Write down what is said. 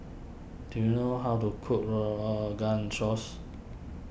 do you know how to cook Rogan Josh